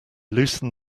loosened